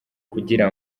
kugira